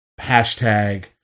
hashtag